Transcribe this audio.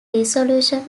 resolution